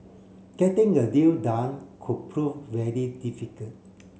getting a deal done could prove very difficult